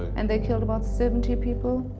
and they killed about seventy people.